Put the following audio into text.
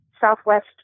southwest